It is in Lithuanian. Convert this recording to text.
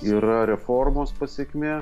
yra reformos pasekmė